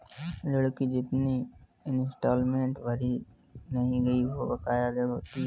ऋण की जितनी इंस्टॉलमेंट भरी नहीं गयी वो बकाया ऋण होती है